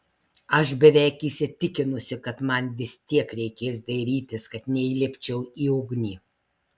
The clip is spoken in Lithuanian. aš beveik įsitikinusi kad man vis tiek reikės dairytis kad neįlipčiau į ugnį